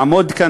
לעמוד כאן,